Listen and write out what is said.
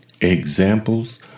Examples